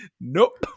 nope